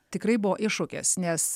tikrai buvo iššūkis nes